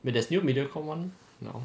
wait there's new mediacorp mah now